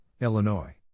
Illinois